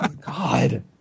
God